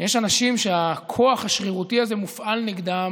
יש אנשים שהכוח השרירותי הזה מופעל נגדם